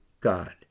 God